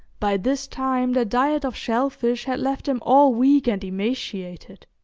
by this time their diet of shellfish had left them all weak and emaciated,